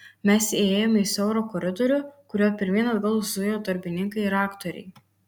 mes įėjome į siaurą koridorių kuriuo pirmyn atgal zujo darbininkai ir aktoriai